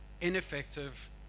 ineffective